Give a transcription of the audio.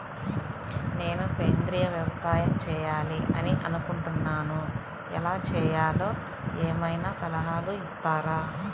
నేను సేంద్రియ వ్యవసాయం చేయాలి అని అనుకుంటున్నాను, ఎలా చేయాలో ఏమయినా సలహాలు ఇస్తారా?